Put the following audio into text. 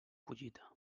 collita